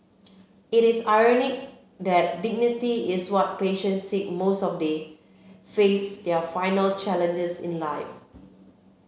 it is ironic that dignity is what patients seek most as they face their final challenges in life